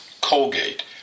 Colgate